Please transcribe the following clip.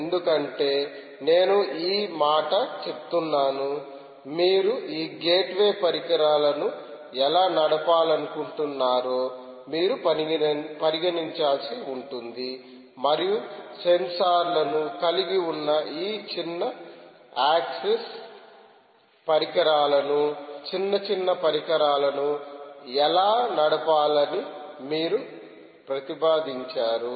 ఎందుకంటే నేను ఈ మాట చెప్తున్నాను మీరు ఈ గేట్వే పరికరాలను ఎలా నడపాలనుకుంటున్నారో మీరు పరిగణించాల్సి ఉంటుంది మరియు సెన్సార్లను కలిగి ఉన్న ఈ చిన్న యాక్సెస్ పరికరాలను చిన్న చిన్న పరికరాలను ఎలా నడపాలని మీరు ప్రతిపాదించారు